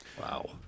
Wow